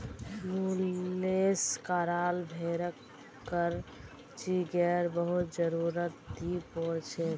मुलेस कराल भेड़क क्रचिंगेर बहुत जरुरत नी पोर छेक